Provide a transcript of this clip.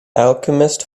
alchemist